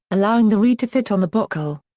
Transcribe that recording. allowing the reed to fit on the bocal.